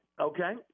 okay